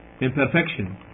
imperfection